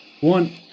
one